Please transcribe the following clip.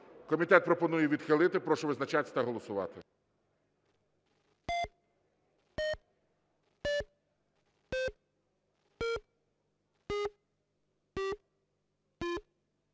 Комітет пропонує відхилити. Прошу визначатися та голосувати.